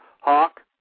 Hawk